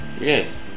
Yes